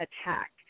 attack